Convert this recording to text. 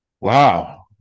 wow